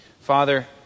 Father